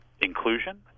Inclusion